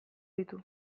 ditut